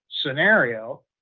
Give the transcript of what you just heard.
scenario